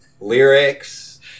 lyrics